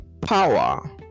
Power